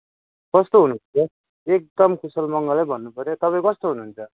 कस्तो हुनुहुन्छ एकदम कुशल मङ्गलै भन्नु पऱ्यो तपाईँ कस्तो हुनुहुन्छ